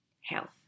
health